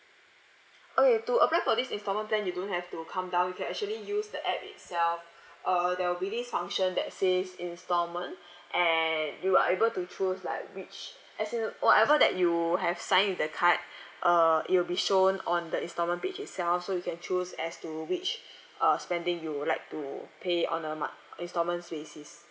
okay to apply for this instalment plan you don't have to come down you can actually use the app itself uh there will be this function that says instalment and you are able to choose like which as in whatever that you have signed with the card uh it will be shown on the instalment page itself so you can choose as to which uh spending you would like to pay on a mo~ instalments basis